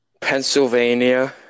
Pennsylvania